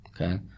Okay